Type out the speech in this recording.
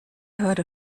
heard